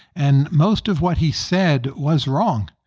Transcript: and most of what he said was wrong.